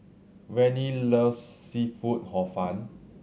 Vannie loves seafood Hor Fun